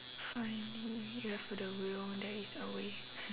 find if you have the will there is a way